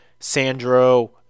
Sandro